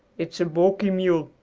it's a balky mule,